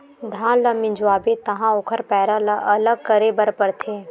धान ल मिंजवाबे तहाँ ओखर पैरा ल अलग करे बर परथे